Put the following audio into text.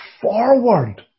forward